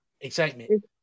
excitement